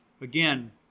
again